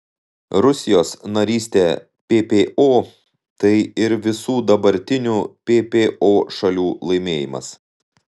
rusijos narystė ppo tai ir visų dabartinių ppo šalių laimėjimas